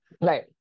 Right